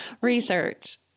research